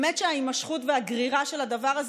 באמת שההימשכות והגרירה של הדבר הזה